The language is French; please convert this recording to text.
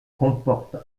comporte